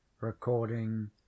Recording